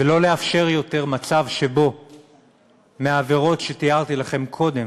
ולא לאפשר יותר מצב שבו בעבירות שתיארתי לכם קודם